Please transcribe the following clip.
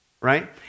right